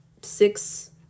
six